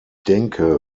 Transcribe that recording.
denke